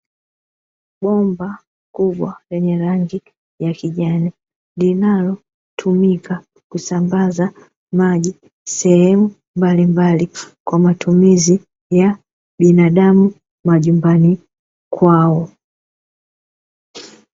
Bomba kubwa lenye rangi ya kijani linalotumia kusambaza maji sehemu mbalimbali kwa matumizi ya binadamu majumbani kwao.